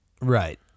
Right